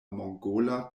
mongola